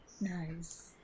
Nice